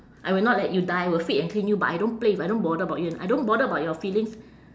I will not let you die will feed and clean you but I don't play with I don't bother about you and I don't bother about your feelings